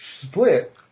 split